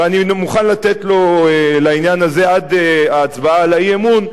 ואני מוכן לתת לו לעניין הזה עד ההצבעה באי-אמון,